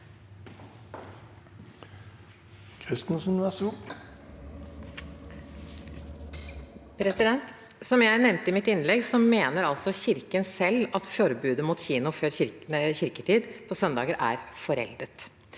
Kristensen (H) Som jeg nevnte i mitt innlegg, mener altså Kirken selv at forbudet mot kino før kirketid på søndager er foreldet.